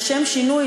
לשם שינוי,